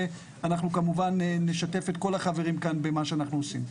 ואנחנו כמובן נשתף את כל החברים כאן במה שאנחנו עושים.